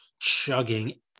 chugging